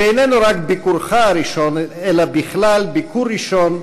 שאיננו רק ביקורך הראשון אלא בכלל ביקור ראשון,